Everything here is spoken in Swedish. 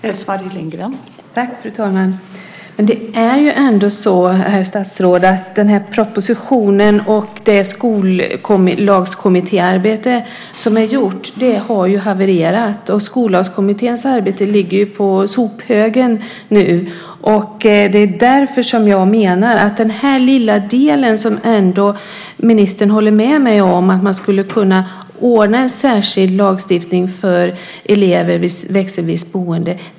Fru talman! Det är ändå så, herr statsråd, att propositionen och Skollagskommitténs arbete har havererat. Skollagskommitténs arbete ligger ju på sophögen nu. Det här är en liten del i Skollagskommitténs arbete, och ministern håller med mig om det. Därför menar jag att man skulle kunna ordna en särskild lagstiftning för elever vid växelvis boende.